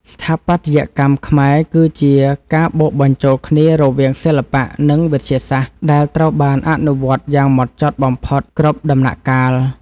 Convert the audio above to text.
ស្ថាបត្យកម្មខ្មែរគឺជាការបូកបញ្ចូលគ្នារវាងសិល្បៈ និង វិទ្យាសាស្ត្រដែលត្រូវបានអនុវត្តយ៉ាងហ្មត់ចត់បំផុតគ្រប់ដំណាក់កាល។